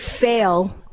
fail